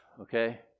okay